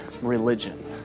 religion